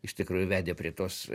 iš tikrųjų vedė prie tos